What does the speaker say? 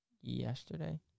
yesterday